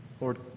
Lord